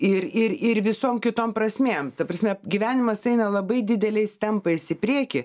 ir ir ir visom kitom prasmėm ta prasme gyvenimas eina labai dideliais tempais į priekį